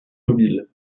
mobile